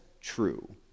true